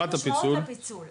יש משמעות לפיצול,